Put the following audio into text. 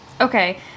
Okay